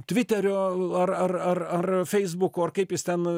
tviterio ar ar ar ar feisbuko ar kaip jis ten